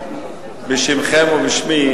בשמכם ובשמי,